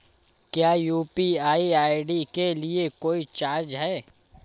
क्या UPI ID के लिए कोई चार्ज है?